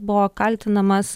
buvo kaltinamas